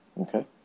okay